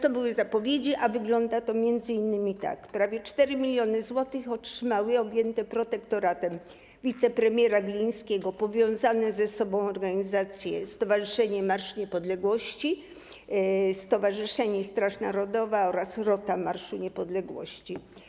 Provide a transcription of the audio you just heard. To były zapowiedzi, a wygląda to m.in. tak: prawie 4 mln zł otrzymały objęte protektoratem wicepremiera Glińskiego powiązane ze sobą organizacje Stowarzyszenie Marsz Niepodległości, Stowarzyszenie Straż Narodowa oraz Stowarzyszenie Roty Marszu Niepodległości.